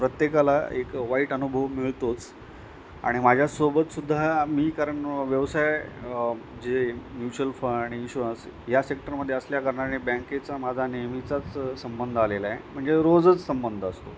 प्रत्येकाला एक वाईट अनुभव मिळतोच आणि माझ्यासोबतसुद्धा मी कारण व्यवसाय जे म्युच्युअल फंड इन्शुरन्स या सेक्टरमध्ये असल्याकारणाने बँकेचा माझा नेहमीचाच संबंध आलेला आहे म्हणजे रोजच संबंध असतो